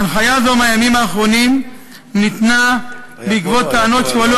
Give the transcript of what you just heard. הנחיה זו מהימים האחרונים ניתנה בעקבות טענות שהועלו